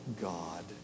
God